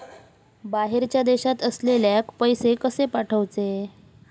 बाहेरच्या देशात असलेल्याक पैसे कसे पाठवचे?